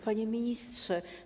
Panie Ministrze!